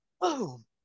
boom